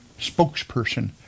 spokesperson